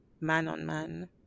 man-on-man